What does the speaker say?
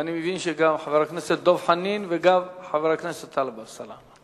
ואני מבין שגם לחבר הכנסת דב חנין וגם לחבר הכנסת טלב אלסאנע.